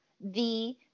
the-